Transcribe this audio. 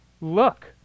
look